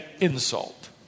insult